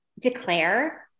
declare